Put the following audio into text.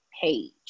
page